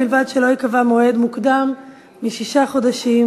ובלבד שלא ייקבע מועד מוקדם משישה חודשים